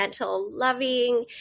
loving